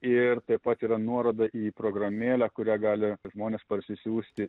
ir taip pat yra nuoroda į programėlę kurią gali žmonės parsisiųsti